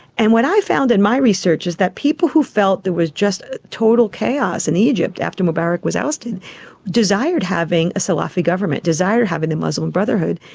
and what i found in my research is that people who felt there was just total chaos in egypt after mubarak was ousted desired having a salafi government, desired having the muslim brotherhood,